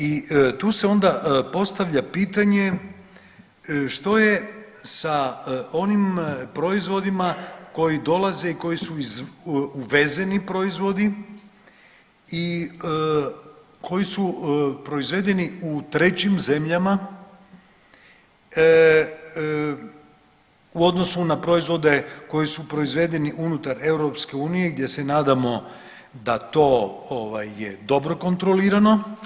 I tu se onda postavlja pitanje što je sa onim proizvodima koji dolaze i koji su uvezeni proizvodi i koji su proizvedeni u trećim zemljama u odnosu na proizvode koji su proizvedeni unutar EU gdje se nadamo da to je ovaj dobro kontrolirano.